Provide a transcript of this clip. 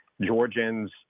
Georgians